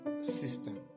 system